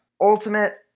ultimate